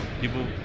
people